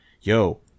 yo